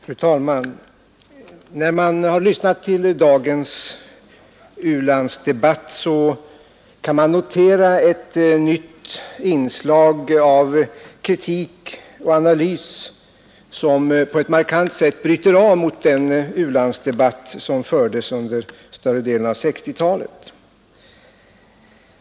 Fru talman! Den som lyssnat till dagens u-landsdebatt har kunnat notera ett nytt inslag av kritik och analys, som på ett markant sätt bryter av mot den u-landsdebatt som fördes under 1960-talet.